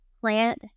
plant